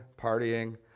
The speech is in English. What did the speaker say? partying